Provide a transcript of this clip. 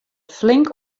flink